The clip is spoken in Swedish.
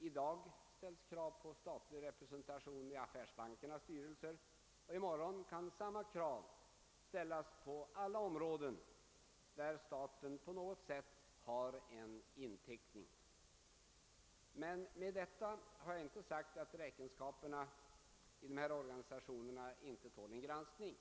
I dag ställs krav på statlig representation i affärsbankernas styrelser och i morgon kan samma krav ställas på alla områden där staten på något sätt har en inteckning. Med detta har jag inte sagt att räkenskaperna i dessa organisationer inte tål granskning.